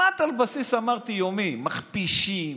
כמעט על בסיס יומי, מכפישים,